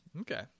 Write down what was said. Okay